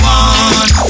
one